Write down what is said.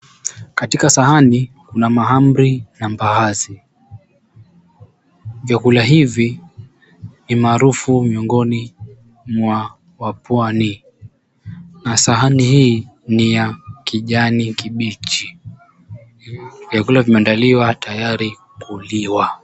Katika sahani kuna mahamri na mbaazi. Vyakula hivi ni maarufu miongoni mwa wapwani. Sahani hii ni ya kijani kibichi. Vyakula vimeandaliwa tayari kuliwa.